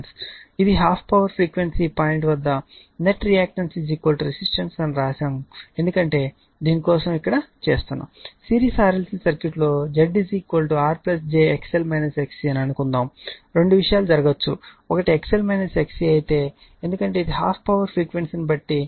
ఇది half power frequency వద్ద net reactance resistor అని వ్రాయబడినది ఎందుకంటే దీని కోసం ఇక్కడ చేస్తున్నాను సిరీస్ RLC సర్క్యూట్ లో Z R j అనుకుందాం రెండు విషయాలు జరగవచ్చు ఒకటి XL XC అయితే ఎందుకంటే ఇది హాఫ్ పవర్ ఫ్రీక్వెన్సీ కాబట్టి √ 2 రావాలి